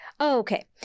okay